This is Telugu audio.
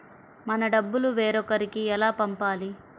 మన డబ్బులు వేరొకరికి ఎలా పంపాలి?